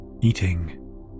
eating